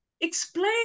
explain